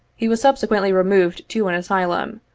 he was subsequently removed to an asylum,